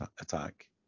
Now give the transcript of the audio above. attack